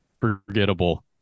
forgettable